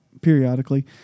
periodically